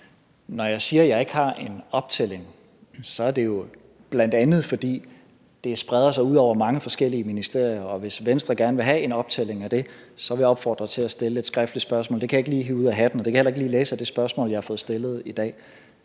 Når jeg siger, at jeg ikke har en optælling, er det jo bl.a., fordi det spreder sig ud over mange forskellige ministerier. Hvis Venstre gerne vil have en optælling af det, så vil jeg opfordre til at stille et skriftligt spørgsmål. Det kan jeg ikke lige hive op af hatten, og det kan jeg heller ikke lige læse af det spørgsmål, jeg har fået stillet i dag.